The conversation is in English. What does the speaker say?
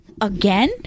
Again